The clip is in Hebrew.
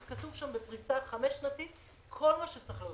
אז כתוב שם בפריסה חמש-שנתית כל מה שצריך להוסיף.